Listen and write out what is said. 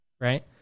right